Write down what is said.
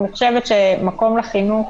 אני חושבת שמקום לחינוך